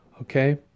Okay